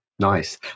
Nice